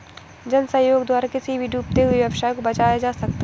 जन सहयोग द्वारा किसी भी डूबते हुए व्यवसाय को बचाया जा सकता है